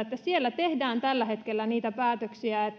että siellä tehdään tällä hetkellä niitä päätöksiä